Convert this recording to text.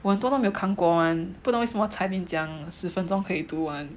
我都没有看过 [one] 不懂为什么 Cai Ming 讲十分钟可以读完